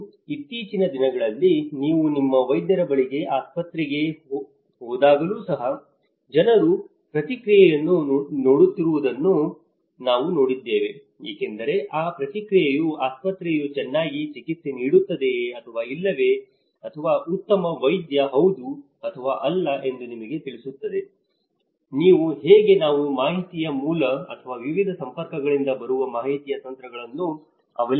ಮತ್ತು ಇತ್ತೀಚಿನ ದಿನಗಳಲ್ಲಿ ನೀವು ನಿಮ್ಮ ವೈದ್ಯರ ಬಳಿಗೆ ಆಸ್ಪತ್ರೆಗೆ ಹೋದಾಗಲೂ ಸಹ ಜನರು ಪ್ರತಿಕ್ರಿಯೆಯನ್ನು ನೋಡುತ್ತಿರುವುದನ್ನು ನಾನು ನೋಡಿದ್ದೇನೆ ಏಕೆಂದರೆ ಆ ಪ್ರತಿಕ್ರಿಯೆಯು ಆಸ್ಪತ್ರೆಯು ಚೆನ್ನಾಗಿ ಚಿಕಿತ್ಸೆ ನೀಡುತ್ತಿದೆಯೇ ಅಥವಾ ಇಲ್ಲವೇ ಅಥವಾ ಉತ್ತಮ ವೈದ್ಯ ಹೌದು ಅಥವಾ ಅಲ್ಲ ಎಂದು ನಿಮಗೆ ತಿಳಿಸುತ್ತದೆ ನೀವು ಹೀಗೆ ನಾವು ಮಾಹಿತಿಯ ಮೂಲ ಅಥವಾ ವಿವಿಧ ಸಂಪರ್ಕಗಳಿಂದ ಬರುವ ಮಾಹಿತಿಯ ತಂತ್ರಗಳನ್ನು ಅವಲಂಬಿಸಿದ್ದೇವೆ ಎಂದು ತಿಳಿಯಿರಿ